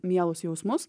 mielus jausmus